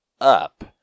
up